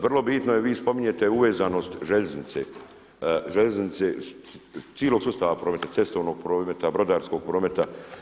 Vrlo bitno je, vi spominjete uvezanost željeznice, željeznice cijelog sustava, cestovnog prometa, brodarskog prometa.